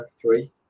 three